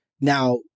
Now